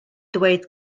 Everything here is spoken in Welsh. dweud